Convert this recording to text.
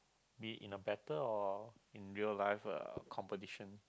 be it in a better or in real life uh competition